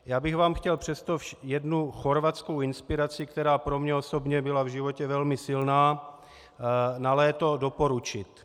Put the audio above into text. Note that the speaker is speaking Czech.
Já bych vám chtěl přesto jednu chorvatskou inspiraci, která pro mě osobně byla v životě velmi silná, na léto doporučit.